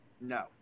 No